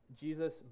Jesus